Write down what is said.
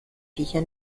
viecher